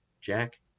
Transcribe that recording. jack